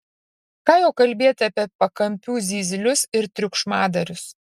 ką jau kalbėti apie pakampių zyzlius ir triukšmadarius